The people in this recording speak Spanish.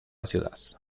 ciudad